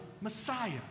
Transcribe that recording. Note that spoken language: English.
Messiah